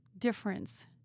difference